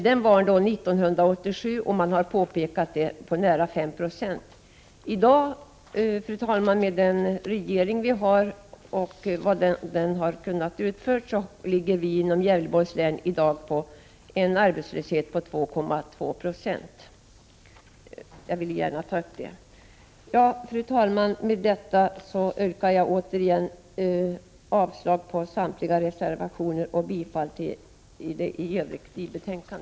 Då vill jag påpeka att arbetslösheten 1987 var nära 5 96. I dag, med den regering vi har och med vad den har uträttat, ligger arbetslösheten på 2,2 96. Med detta, fru talman, yrkar jag avslag på samtliga reservationer och bifall till utskottets hemställan.